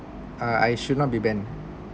uh I should not be banned